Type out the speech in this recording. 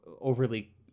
overly